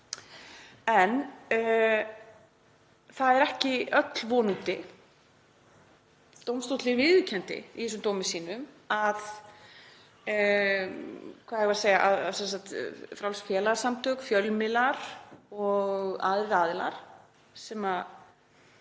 En það er ekki öll von úti. Dómstóllinn viðurkenndi í þessum dómi sínum að frjáls félagasamtök, fjölmiðlar og aðrir aðilar sem